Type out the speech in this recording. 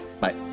Bye